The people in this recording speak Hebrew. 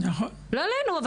לא עלינו.